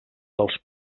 dels